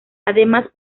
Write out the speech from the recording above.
además